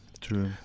True